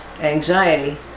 anxiety